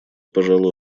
пожала